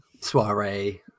soiree